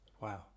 Wow